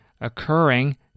occurring